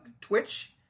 Twitch